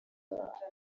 barataha